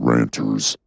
Ranters